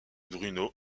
bruno